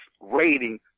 rating